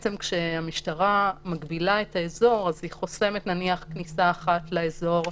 כשהמשטרה מגבילה את האזור אז היא חוסמת כניסות לאזור,